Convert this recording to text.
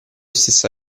stessa